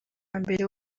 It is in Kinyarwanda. mbere